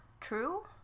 true